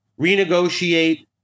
renegotiate